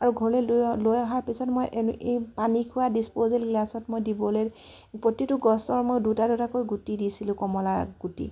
আৰু ঘৰলৈ লৈ লৈ অহাৰ পিছত মই এই পানীখোৱা ডিছপ'জেবল গ্লাছত মই দিবলৈ প্ৰতিটো গছৰ মই দুটা দুটা কৈ গুটি দিছিলোঁ কমলাৰ গুটি